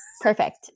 Perfect